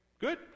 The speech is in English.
good